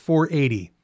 480